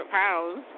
pounds